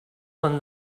than